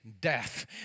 death